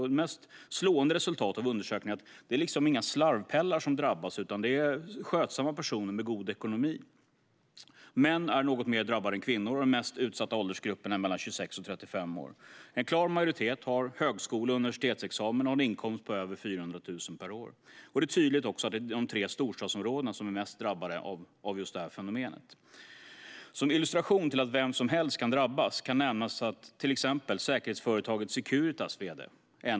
Det mest slående i resultatet av undersökningen är att det inte handlar om några slarvpellar som drabbas, utan det är skötsamma personer med god ekonomi. Män är något mer drabbade än kvinnor, och den mest utsatta åldersgruppen är mellan 26 och 35 år. En klar majoritet har högskole eller universitetsexamen och en inkomst på över 400 000 kronor per år. Det är också tydligt att de tre storstadsområdena är mest drabbade av det här fenomenet. Som illustration till att vem som helst kan drabbas kan nämnas till exempel säkerhetsföretaget Securitas vd.